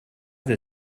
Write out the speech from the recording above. that